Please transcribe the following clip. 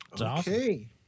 okay